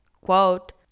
quote